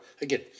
Again